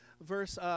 verse